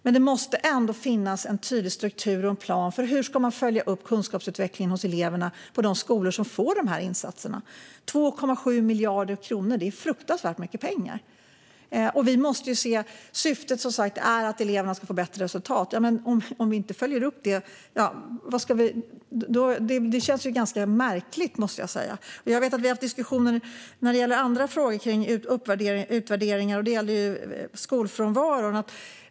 Men det måste ändå finnas en tydlig struktur och en plan för hur man ska följa upp kunskapsutvecklingen hos eleverna på de skolor som får dessa insatser. Herr talman! 2,7 miljarder kronor är fruktansvärt mycket pengar. Syftet är som sagt att eleverna ska få bättre resultat. Att vi inte följer upp det känns ganska märkligt, måste jag säga. Jag vet att vi har haft diskussioner om andra utvärderingar. Det gällde skolfrånvaron.